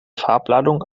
farbladung